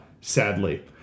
Sadly